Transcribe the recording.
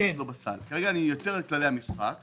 כרגע אני עוצר את כללי המשחק